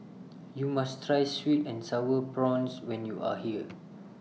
YOU must Try Sweet and Sour Prawns when YOU Are here